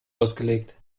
ausgelegt